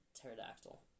Pterodactyl